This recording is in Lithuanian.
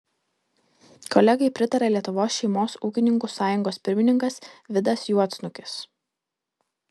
kolegai pritarė lietuvos šeimos ūkininkų sąjungos pirmininkas vidas juodsnukis